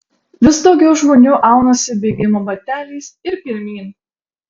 vis daugiau žmonių aunasi bėgimo bateliais ir pirmyn